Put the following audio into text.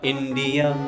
India